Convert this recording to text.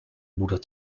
moeder